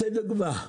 אתן דוגמה.